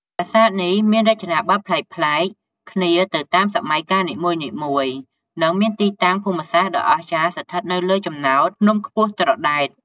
ប្រាសាទនេះមានរចនាបថប្លែកៗគ្នាទៅតាមសម័យកាលនីមួយៗ និងមានទីតាំងភូមិសាស្ត្រដ៏អស្ចារ្យស្ថិតនៅលើចំណោតភ្នំខ្ពស់ត្រដែត។